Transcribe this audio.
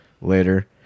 later